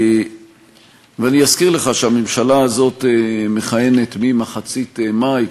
ואני אזכיר לך שהממשלה הזאת מכהנת ממחצית מאי,